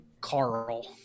Carl